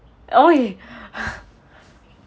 !oi!